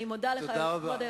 אני מודה לך, כבוד היושב-ראש.